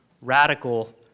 Radical